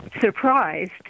surprised